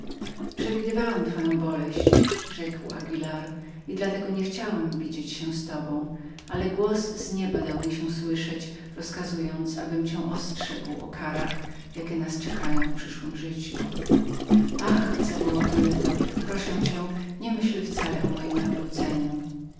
przewidywałem twoją boleść rzekł anguilar i dla tego niechciałem widzieć się z tobą ale głos z nieba dał mi się słyszyć i rozkazał abym cię ostrzegł o karach jakie nas czekają w przyszłem życiu ach zawołał toledo proszę cię niemyśl wcale o mojem nawróceniu